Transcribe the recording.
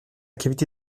cavité